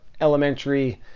elementary